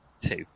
Two